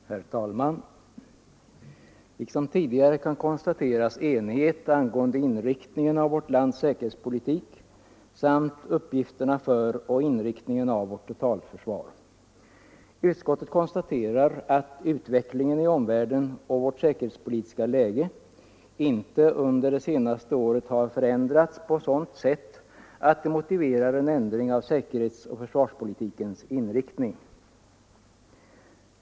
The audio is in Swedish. Herr talman! Liksom tidigare kan konstateras enighet angående inriktningen av vårt lands säkerhetspolitik samt uppgifterna för och inriktningen av vårt totalförsvar. Utskottet konstaterar att utvecklingen i omvärlden och vårt säkerhetspolitiska läge under det senaste året inte har förändrats på sådant sätt att det motiverar en ändring av säkerhetsoch försvarspolitikens inriktning.